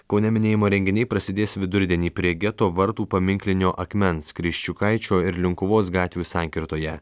kaune minėjimo renginiai prasidės vidurdienį prie geto vartų paminklinio akmens kriščiukaičio ir linkuvos gatvių sankirtoje